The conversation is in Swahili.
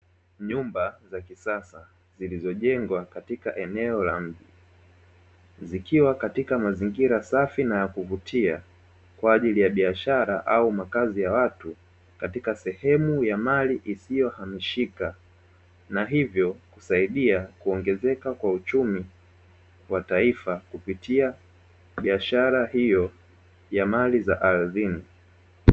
Nyumba za kisasa zilizojengwa katika eneo la mji zikiwa katika mazingira safi na ya kuvutia kwa ajili ya biashara au makazi ya watu katika sehemu ya mali isiyohamishika na hivyo kusaidia kuongezeka kwa uchumi wa taifa kupitia biashara hiyo ya mali za ardhini.